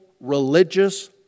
religious